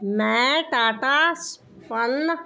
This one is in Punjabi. ਮੈਂ ਟਾਟਾ ਸੰਪੰਨ